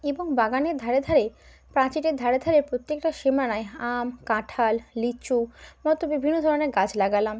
এবং বাগানের ধারে ধারে পাঁচিলের ধারে ধারে প্রত্যেকটা সীমানায় আম কাঁঠাল লিচুর মতো বিভিন্ন ধরনের গাছ লাগালাম